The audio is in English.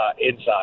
inside